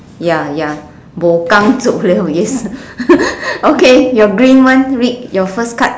ya ya bo gang zou liao yes okay your green one read your first card